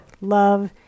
love